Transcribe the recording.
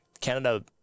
Canada